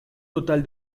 total